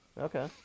okay